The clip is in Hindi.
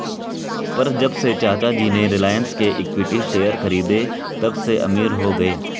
पर जब से चाचा जी ने रिलायंस के इक्विटी शेयर खरीदें तबसे अमीर हो गए